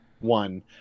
one